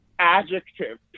adjective